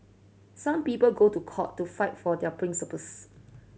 some people go to court to fight for their principles